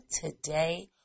today